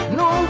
no